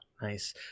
Nice